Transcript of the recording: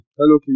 hello